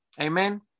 Amen